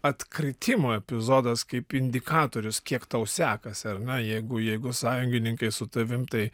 atkritimo epizodas kaip indikatorius kiek tau sekasi ar ne jeigu jeigu sąjungininkai su tavim tai